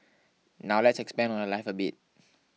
now let's expand on her life a bit